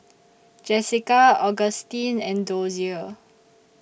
Jessika Augustine and Dozier